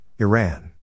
Iran